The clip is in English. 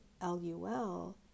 L-U-L